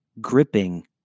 gripping